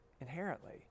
inherently